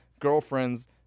girlfriend's